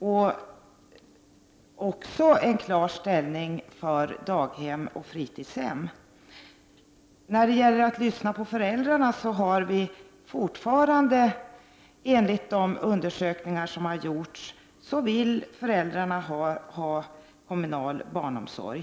Det har också tagit klar ställning för daghem och fritidshem. Enligt de undersökningar som har gjorts vill föräldrarna fortfarande ha kommunal barnomsorg.